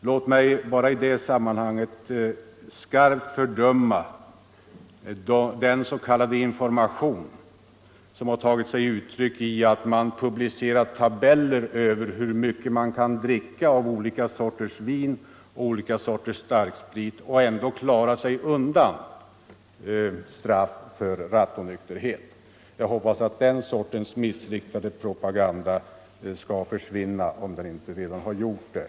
Låt mig bara i det sammanhanget skarpt fördöma den s.k. information som tagit sig uttryck i publicering av tabeller över hur mycket man kan dricka av olika sorters vin och starksprit och ändå klara sig undan straff för rattonykterhet. Jag hoppas den sortens missriktade propaganda skall försvinna ur svensk press, om den inte redan har gjort det.